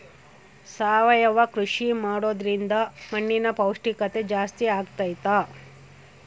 ಸಾವಯವ ಕೃಷಿ ಮಾಡೋದ್ರಿಂದ ಮಣ್ಣಿನ ಪೌಷ್ಠಿಕತೆ ಜಾಸ್ತಿ ಆಗ್ತೈತಾ?